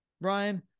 Brian